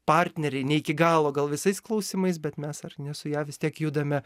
partneriai ne iki galo gal visais klausimais bet mes ar ne su ja vis tiek judame